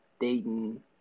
Dayton